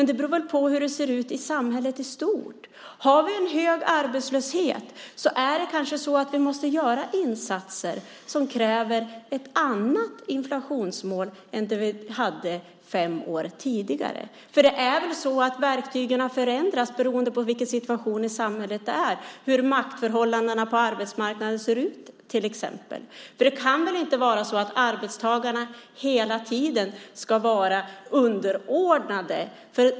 Det beror väl på hur det ser ut i samhället i stort. Om vi har en hög arbetslöshet så måste vi kanske göra insatser som kräver ett annat inflationsmål än det vi hade fem år tidigare. Det är väl så att verktygen har förändrats beroende på vilken situation i samhället vi har. Det beror på hur maktförhållandena på arbetsmarknaden ser ut, till exempel. Det kan väl inte vara så att arbetstagarna hela tiden ska vara underordnade.